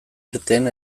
irten